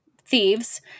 thieves